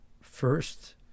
first